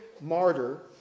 martyr